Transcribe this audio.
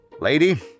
Lady